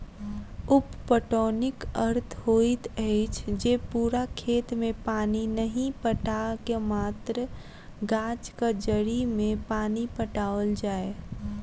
उप पटौनीक अर्थ होइत अछि जे पूरा खेत मे पानि नहि पटा क मात्र गाछक जड़ि मे पानि पटाओल जाय